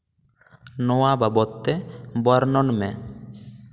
ᱱᱚᱣᱟ ᱵᱟᱵᱚᱫ ᱛᱮ ᱵᱚᱨᱱᱚᱱ ᱢᱮ